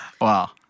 Wow